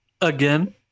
Again